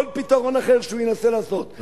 כל פתרון אחר שהוא ינסה לעשות,